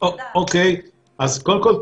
'קירות שקופים',